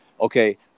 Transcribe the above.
Okay